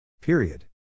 Period